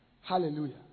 Hallelujah